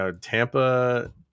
Tampa